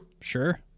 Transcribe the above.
Sure